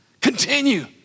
continue